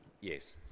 yes